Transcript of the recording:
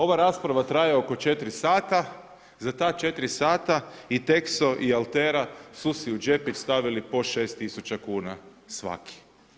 Ova rasprava traje oko 4 sata, za ta 4 sata i Texo i Altera su si u džepić stavili po 6000 svaki.